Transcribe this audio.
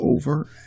over